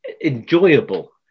enjoyable